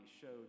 showed